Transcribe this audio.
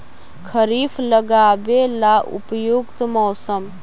खरिफ लगाबे ला उपयुकत मौसम?